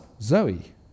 Zoe